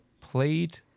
played